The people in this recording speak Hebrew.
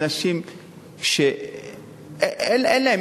אנשים שאין להם,